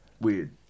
Weird